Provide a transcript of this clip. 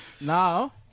Now